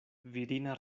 virina